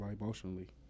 emotionally